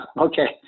Okay